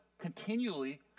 continually